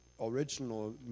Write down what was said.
original